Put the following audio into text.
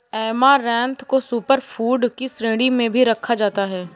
amaranth को super food की श्रेणी में भी रखा जाता है